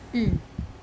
mm